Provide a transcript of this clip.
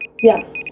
Yes